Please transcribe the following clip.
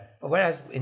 Whereas